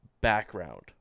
background